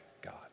God